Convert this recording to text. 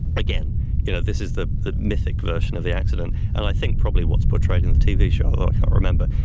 again you know this is the the mythic version of the accident, and i think probably what's portrayed in the tv show, although i can't remember,